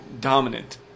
dominant